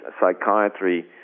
psychiatry